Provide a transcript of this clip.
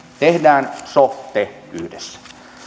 tehdään sote yhdessä